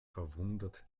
verwundert